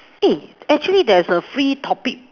eh actually there's a free topic